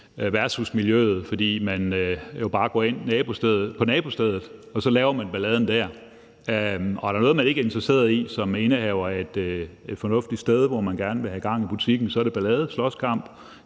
værtshusmiljøet, fordi de bare går ind på nabostedet, og så laver de balladen der. Og er der noget, man ikke er interesseret i som indehaver af et fornuftigt sted, hvor man gerne vil have gang i butikken, så er det ballade, slåskamp,